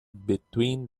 between